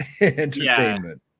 entertainment